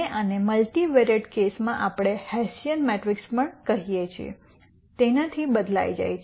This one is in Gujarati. અને આને મલ્ટિવિએટ કેસમાં આપણે હેસિયન મેટ્રિક્સ તરીકે કહીએ છીએ તેનાથી બદલાઈ જાય છે